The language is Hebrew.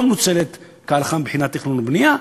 שאינה מנוצלת כהלכה מבחינת תכנון ובנייה.